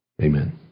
Amen